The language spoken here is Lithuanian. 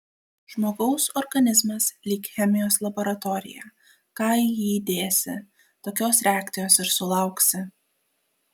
žmogaus organizmas lyg chemijos laboratorija ką į jį įdėsi tokios reakcijos ir sulauksi